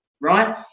right